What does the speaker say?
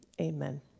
amen